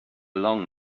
long